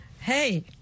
hey